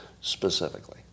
specifically